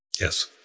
Yes